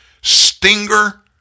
Stinger